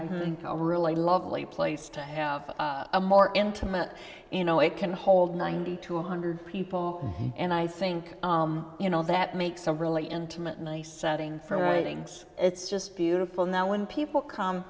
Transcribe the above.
a really lovely place to have a more intimate you know it can hold ninety to one hundred people and i think you know that makes a really intimate nice setting for writing it's just beautiful now when people come